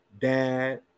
dad